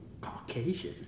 Caucasian